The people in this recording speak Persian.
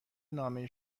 نامه